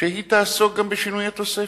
תעסוק גם בשינוי התוספת?